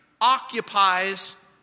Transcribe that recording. occupies